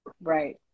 Right